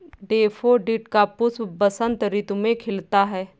daffodil का पुष्प बसंत ऋतु में खिलता है